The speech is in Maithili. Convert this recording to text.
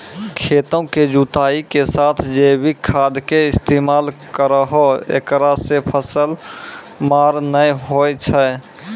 खेतों के जुताई के साथ जैविक खाद के इस्तेमाल करहो ऐकरा से फसल मार नैय होय छै?